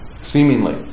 seemingly